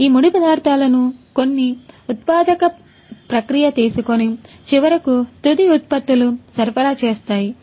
ఈ ముడి పదార్థాలను కొన్ని ఉత్పాదక ప్రక్రియతీసుకొని చివరకు తుది ఉత్పత్తులు సరఫరా చేస్తాయి